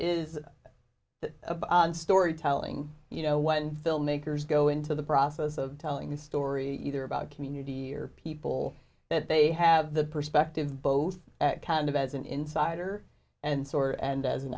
is storytelling you know when filmmakers go into the process of telling a story either about community or people that they have the perspective both kind of as an insider and sore and as an